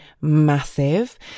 massive